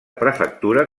prefectura